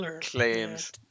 claims